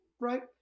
right